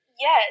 Yes